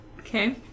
Okay